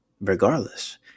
regardless